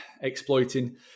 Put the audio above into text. Exploiting